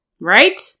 Right